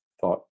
thought